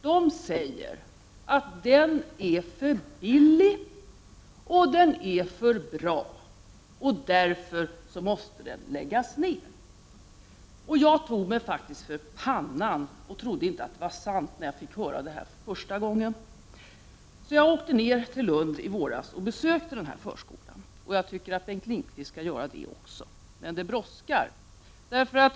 De säger att den är för billig och för bra, och därför måste den läggas ner. Jag tog mig faktiskt för pannan när jag första gången fick höra detta. Jag kunde inte tro att det var sant. Så jag åkt ned till Lund i våras och besökte den här förskolan. Det tycker jag att Bengt Lindqvist också skall göra. Men det brådskar.